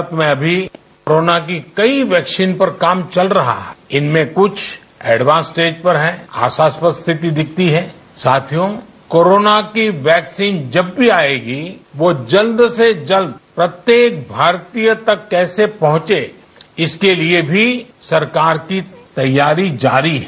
भारत में अभी कोरोना की कई वैक्सीन पर काम चल रहा है इनमें कुछ एडवांस स्टेज पर हैं ऐसी स्थिति दिखती है साथियों कोरोना की वैक्सीन जब आएगी वह जल्द से जल्द प्रत्येक भारतीय तक कैसे पहुंचे इसके लिए भी सरकार की तैयारी जारी है